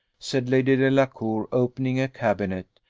said lady delacour, opening a cabinet,